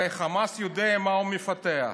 הרי חמאס יודע מה הוא מפתח.